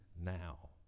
now